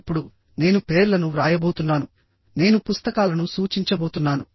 ఇప్పుడు నేను పేర్లను వ్రాయబోతున్నాను నేను పుస్తకాలను సూచించబోతున్నాను